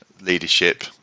leadership